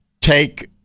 take